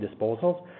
disposals